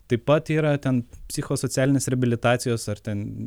taip pat yra ten psichosocialinės reabilitacijos ar ten